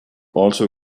also